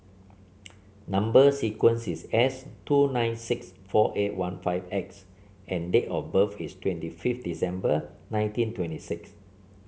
number sequence is S two nine six four eight one five X and date of birth is twenty fifth December nineteen twenty six